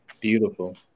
Beautiful